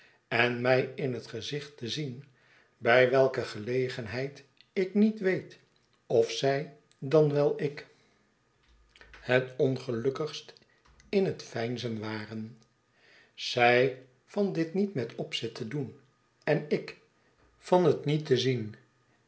en mij in het gezicht te zien bij welke gelegenheid ik niet weet of zij dan wel ik het ongelukkigst in het veinzen waren zij van dit niet met opzet te doen en ik van het niet te zien